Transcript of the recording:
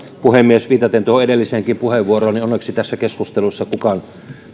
puhemies viitaten tuohon edelliseenkin puheenvuoroon onneksi tässä keskustelussa kukaan